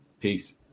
Peace